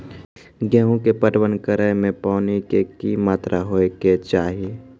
गेहूँ के पटवन करै मे पानी के कि मात्रा होय केचाही?